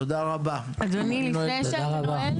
תודה רבה, אני נועל את הישיבה.